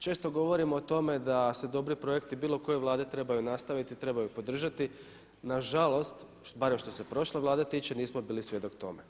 Često govorimo o otme da se dobri projekti bilo koje Vlade trebaju nastaviti, trebaju podržati, nažalost barem što se prošle Vlade tiče nismo ibli svjedok tome.